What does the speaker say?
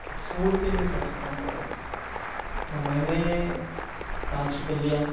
fruit کے لیے پیسے کم پڑ رہے تھے تو میں نے پانچ روپئے لیا